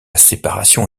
séparation